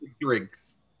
drinks